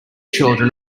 children